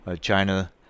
China